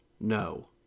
No